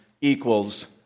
equals